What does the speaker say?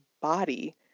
body